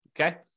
Okay